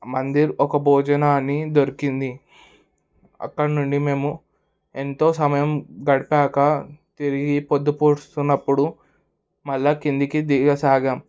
మందిర్ ఒక భోజనాన్ని దొరికింది అక్కడి నుండి మేము ఎంతో సమయం గడిపాక తిరిగి పొద్దుపొడుస్తున్నప్పుడు మళ్ళీ కిందికి దిగ సాగం